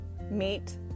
Meet